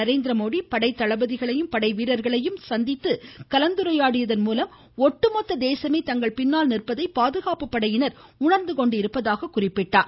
நரேந்திரமோதி படைத்தளபதிகளையும் படை வீரர்களையும் சந்தித்து கலந்துரையாடியதன் மூலம் ஒட்டுமொத்த தேசமே தங்கள் பின்னால் நிற்பதை பாதுகாப்பு படையினர் உணர்ந்துகொண்டிருப்பதாக குறிப்பிட்டார்